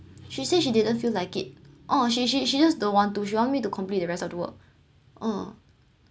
she say she didn't feel like it oh she she she just don't want to she want me to complete the rest of the work uh